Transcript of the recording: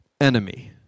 enemy